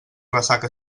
ressaca